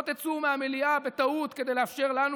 לא תצאו מהמליאה בטעות כדי לאפשר לנו,